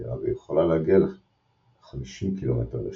השרקייה ויכולה להגיע ל-50 קילומטר לשעה.